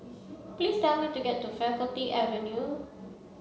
please tell me to get to Faculty Avenue